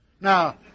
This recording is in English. Now